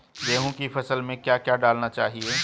गेहूँ की फसल में क्या क्या डालना चाहिए?